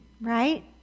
Right